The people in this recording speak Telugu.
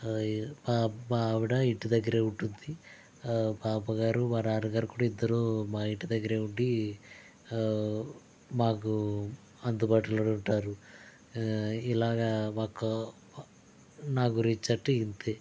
మా అం మా ఆవిడా ఇంటి దగ్గర ఉంటుంది మా అమ్మ గారు మా నాన్న గారు ఇద్దరు మా ఇంటి దగ్గర ఉండి మాకు అందుబాటులో ఉంటారు ఇలాగా నాకు నా గురించి అంటే ఇంతే